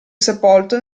sepolto